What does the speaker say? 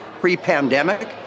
pre-pandemic